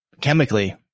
chemically